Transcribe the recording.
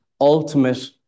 ultimate